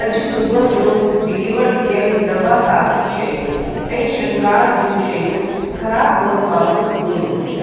अॼु सुबुह जो डिलीवर थियलु नबाताती शयूं ऐं श्रंगार जूं शयूं ख़राब गुण वारी हुयूं